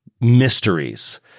mysteries –